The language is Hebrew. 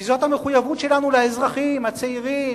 כי זאת המחויבות שלנו לאזרחים הצעירים,